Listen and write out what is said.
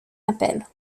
appel